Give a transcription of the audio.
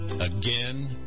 again